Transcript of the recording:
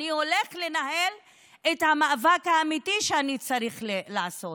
ואני הולך לנהל את המאבק האמיתי שאני צריך לעשות.